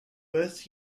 birth